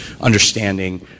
understanding